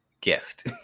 guest